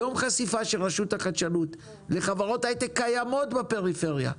צריך יום חשיפה של רשות החדשנות לחברות הייטק קיימות בפריפריה,